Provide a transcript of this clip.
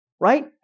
right